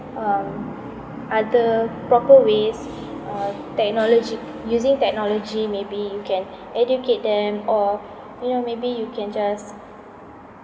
um other proper ways uh technology using technology maybe you can educate them or you know maybe you can just